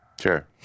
Sure